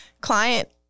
client